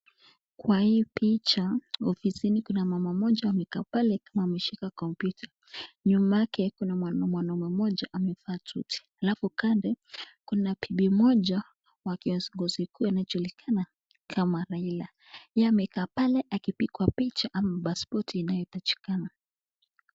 Kwa hii picha ofisini kuna mama mmoja amekaa pale ameshika komyuta, nyuma yake kuna mwanaume mmoja amevaa suti, alafu kando kuna bibi mmoja wa kiongozi mkuu anajulikana kama Raila, ye amekaa pale akipigwa picha ama paspoti inayoitajika.